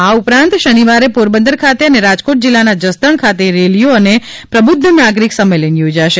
આ ઉપરાંત શનિવારે પોરબંદર ખાતે અને રાજકોટ જિલ્લાના જસદણ ખાતે રેલીઓ અને પ્રબુદ્ધ નાગરીક સંમેલન યોજાશે